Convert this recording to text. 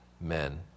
men